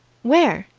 where?